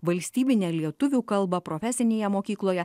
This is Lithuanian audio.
valstybine lietuvių kalba profesinėje mokykloje